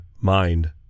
mind